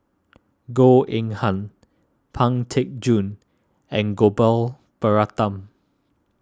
Goh Eng Han Pang Teck Joon and Gopal Baratham